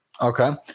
Okay